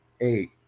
eight